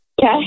Okay